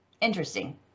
Interesting